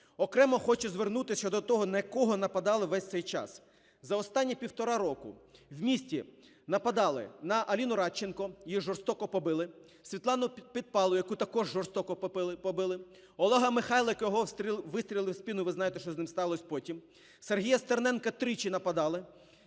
Окремо хочу звернутись щодо того, на кого нападали весь цей час. За останні півтора року в місті нападали: на Аліну Радченко, її жорстоко побили, Світлану Підпалу, яку також жорстоко побили, Олега Михайлика, йому вистрелили в спину, ви знаєте, що з ним сталося потім; Сергія Стерненка – тричі нападали,